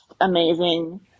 amazing